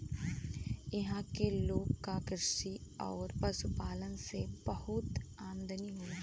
इहां के लोग क कृषि आउर पशुपालन से बहुत आमदनी होला